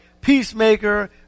peacemaker